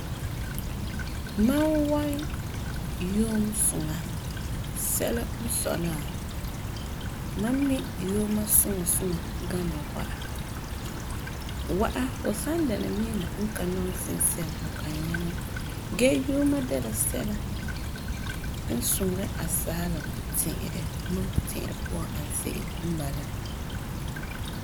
Mam wan yuum suŋa sɛla n sɔi la, mam mi yuuma suŋa suŋa gana wa'a. Wa'a fu san dɛna mina n ka nɔŋɛ sinsɛm, fu kan yaŋɛ gee yuuma de la sɛla n suŋeri asaala puti'irɛ. Mam puti'irɛ puan n ani se'em n bala.